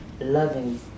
loving